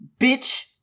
bitch